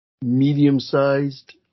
medium-sized